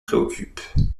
préoccupe